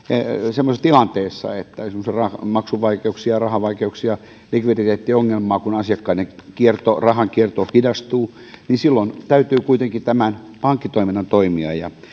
semmoisessa tilanteessa että on esimerkiksi maksuvaikeuksia ja rahavaikeuksia likviditeettiongelmaa kun asiakkaiden kierto rahan kierto hidastuu niin silloin täytyy kuitenkin tämän pankkitoiminnan toimia